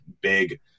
big